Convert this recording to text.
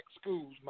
schools